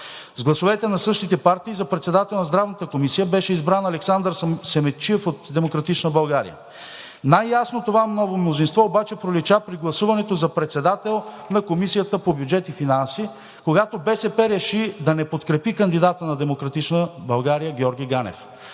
С гласовете на същите партии за председател на Здравната комисия беше избран Александър Симидчиев от „Демократична България“. Най-ясно това ново мнозинство обаче пролича при гласуването за председател на Комисията по бюджет и финанси, когато БСП реши да не подкрепи кандидата на „Демократична България“ Георги Ганев.